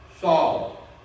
Saul